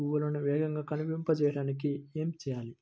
పువ్వులను వేగంగా వికసింపచేయటానికి ఏమి చేయాలి?